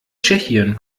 tschechien